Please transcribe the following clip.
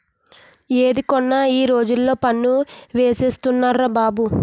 ఏది కొన్నా ఈ రోజుల్లో పన్ను ఏసేస్తున్నార్రా బాబు